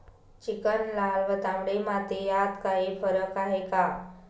Chicken, लाल व तांबडी माती यात काही फरक आहे का?